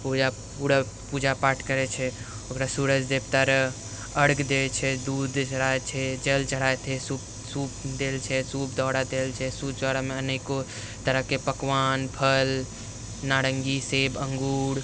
पूरा पूजा पाठ करै छै ओकरा सूरज देवता रऽ अर्घ दै छै दूध चढ़ै छै जल चढ़ै छै सूप दै छै सूप दउरा दै छै सूप दउरामे अनेको तरहके पकवान फल नारङ्गी सेब अङ्गूर